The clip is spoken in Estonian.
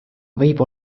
võib